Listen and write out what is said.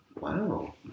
Wow